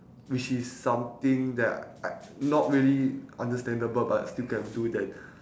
which is something that I not really understandable but still can do then